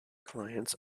clients